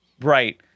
right